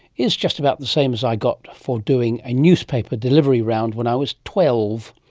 is just about the same as i got for doing a newspaper delivery round when i was twelve.